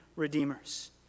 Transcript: redeemers